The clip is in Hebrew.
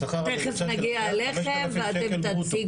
השכר הממוצע של סייעת זה חמשת אלפים שקל ברוטו.